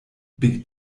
big